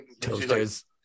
Toasters